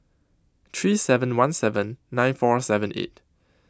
three seven one seven nine four seven eight